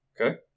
Okay